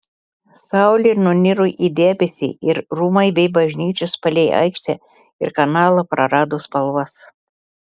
saulė nuniro į debesį ir rūmai bei bažnyčios palei aikštę ir kanalą prarado spalvas